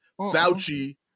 Fauci